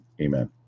Amen